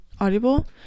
audible